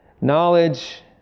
knowledge